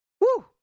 Woo